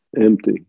Empty